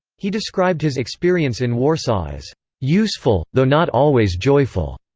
he described his experience in warsaw as useful, though not always joyful.